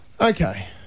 Okay